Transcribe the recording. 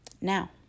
Now